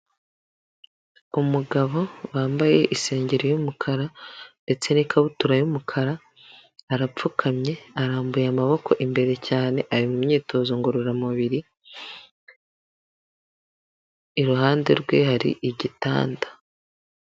Umugabo wambaye isengeri y'umukara ndetse n'ikabutura y'umukara, arapfukamye arambuye amaboko imbere cyane. ari mu imyitozo ngororamubiri, iruhande rwe hari igitanda.